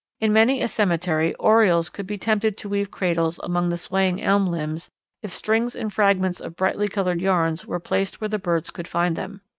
in many a cemetery orioles could be tempted to weave cradles among the swaying elm limbs if strings and fragments of brightly coloured yarns were placed where the birds could find them.